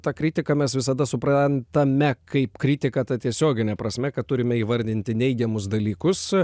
tą kritiką mes visada supran tame kaip kritiką ta tiesiogine prasme kad turime įvardinti neigiamus dalykus